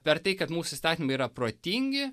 per tai kad mūsų įstatymai yra protingi